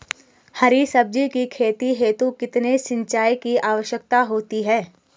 हरी सब्जी की खेती हेतु कितने सिंचाई की आवश्यकता होती है?